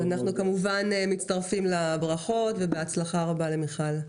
אז אנחנו מצטרפים לברכות, בהצלחה רבה למיכל.